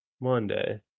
Monday